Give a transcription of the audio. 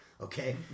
Okay